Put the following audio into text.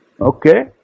Okay